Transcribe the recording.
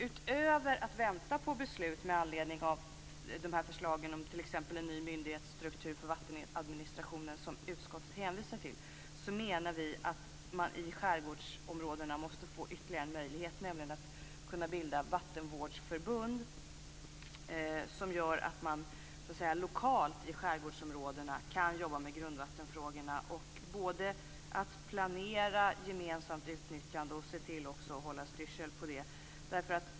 Utöver att vänta på beslut med anledning av förslagen om t.ex. en ny myndighetsstruktur för vattenadministrationen, som utskottet hänvisar till, menar vi att man i skärgårdsområdena måste få ytterligare en möjlighet, nämligen att bilda vattenvårdsförbund som gör att man lokalt i skärgårdsområdena kan jobba med grundvattenfrågorna, planera gemensamt utnyttjande och hålla styrsel på det.